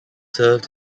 served